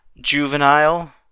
Juvenile